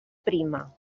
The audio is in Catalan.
prima